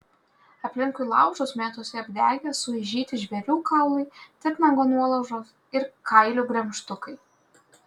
aplinkui laužus mėtosi apdegę suaižyti žvėrių kaulai titnago nuolaužos ir kailių gremžtukai